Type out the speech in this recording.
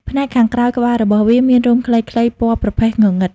ផ្នែកខាងក្រោយក្បាលរបស់វាមានរោមខ្លីៗពណ៌ប្រផេះងងឹត។